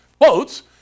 quotes